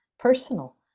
Personal